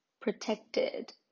protected